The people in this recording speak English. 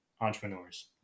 entrepreneurs